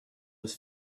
was